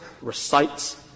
recites